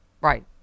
right